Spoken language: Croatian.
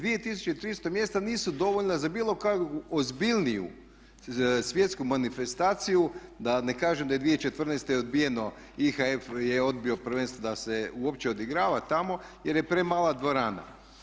2300 mjesta nisu dovoljna za bilo kakvu ozbiljniju svjetsku manifestaciju, da ne kažem da je 2014. odbijeno IHF je odbio prvenstvo da se uopće odigrava tamo jer je premala dvorana.